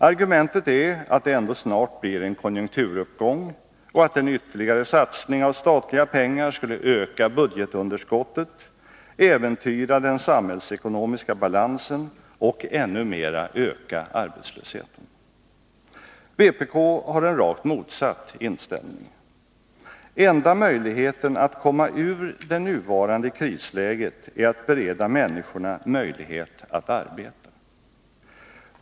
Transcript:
Argumentet är att det ändå snart blir en konjunkturuppgång och att en ytterligare satsning av statliga pengar skulle öka budgetunderskottet, äventyra den samhällsekonomiska balansen och ännu mera öka arbetslösheten. Vpk har en rakt motsatt inställning. Enda möjligheten att komma ut ur det nuvarande krisläget är att bereda människorna möjlighet att arbeta.